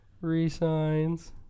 Resigns